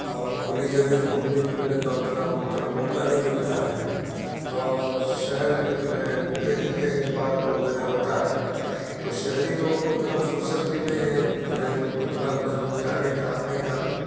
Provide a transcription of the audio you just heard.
اور کھلی جگہ گھومنے پھرنے کا اتنا اتنا موقع نہیں ملتا ہے اور شہر میں جو ہے کہیں کہیں پارک وغیرہ ہوتا ہے تو شہری لوگوں کو اتنا فرصت بھی نہیں ہے جو ہے اتنا دور جانے کا آنے کا